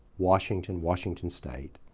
washington, washington state,